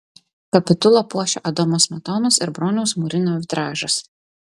kapitulą puošią adomo smetonos ir broniaus murino vitražas